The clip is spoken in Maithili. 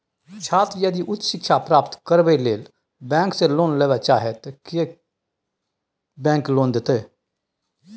छात्र यदि उच्च शिक्षा प्राप्त करबैक लेल बैंक से लोन लेबे चाहे ते की बैंक लोन देतै?